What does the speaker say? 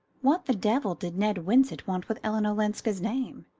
what the devil did ned winsett want with ellen olenska's name?